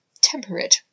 temperate